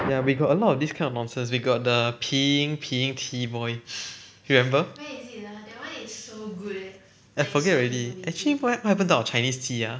ya we got a lot of this kind of nonsense we got the peein~ peeing tea boy you remember I forget already actually why what happen to our chinese tea ah